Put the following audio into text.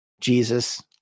Jesus